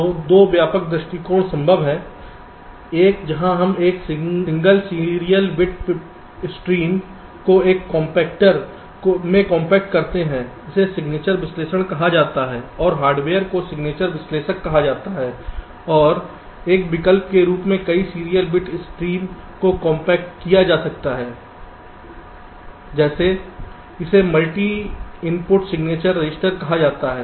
तो 2 व्यापक दृष्टिकोण संभव हैं एक जहां हम एक सिंगल सीरियल बिट स्ट्रीम को एक कम्पेक्टर में कॉम्पैक्ट करते हैं इसे सिग्नेचर विश्लेषण कहा जाता है और हार्डवेयर को सिग्नेचर विश्लेषक कहा जाता है और एक विकल्प के रूप में कई सीरियल बिट स्ट्रीम को कंपैक्टेड किया जा सकता है जैसे इसे मल्टी इनपुट सिग्नेचर रजिस्टर कहा जाता है